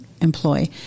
employ